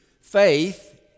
faith